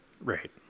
Right